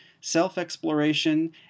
self-exploration